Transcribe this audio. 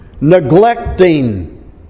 neglecting